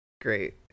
great